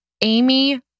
Amy